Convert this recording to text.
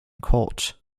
court